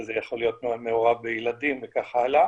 וזה יכול להיות מעורב בילדים וכך הלאה